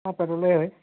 অ পেট্ৰলে হয়